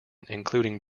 including